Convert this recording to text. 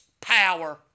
power